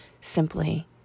simply